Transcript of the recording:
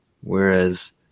whereas